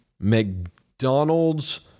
McDonald's